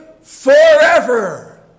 forever